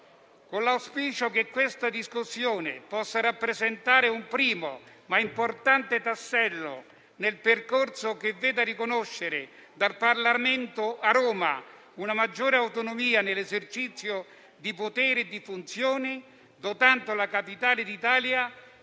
con l'auspicio che questa discussione possa rappresentare un primo ma importante tassello nel percorso che veda il Parlamento riconoscere a Roma una maggiore autonomia nell'esercizio di poteri e di funzioni, dotando la capitale d'Italia